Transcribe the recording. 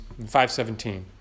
5.17